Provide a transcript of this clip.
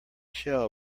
shell